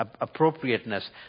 appropriateness